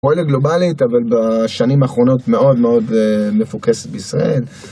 פועלת גלובלית, אבל בשנים האחרונות מאוד מאוד מפוקסת בישראל.